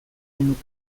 genuke